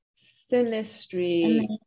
Sinistry